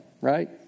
right